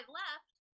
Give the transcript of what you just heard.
left